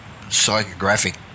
psychographic